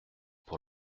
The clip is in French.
pour